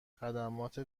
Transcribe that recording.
خدمات